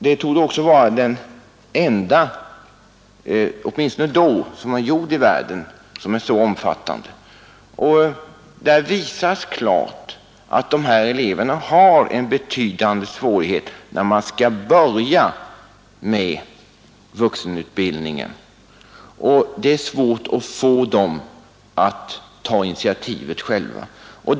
Det torde vara den mest omfattande undersök ning på detta område som gjorts i världen — åtminstone var den det då. Där visas klart att dessa elever har en betydande svårighet när de skall börja med vuxenutbildningen. Det är svårt att få dem att själva ta initiativet.